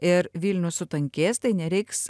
ir vilnius sutankės tai nereiks